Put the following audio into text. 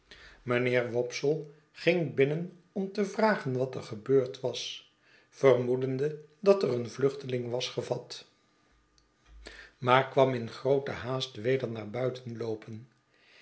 mijnheer wopsle ging binnen om te vragen wat er gebeurd was vermoedende dat er een vluchteling was gevat maar kwam in groote baast weder naar buiten loopen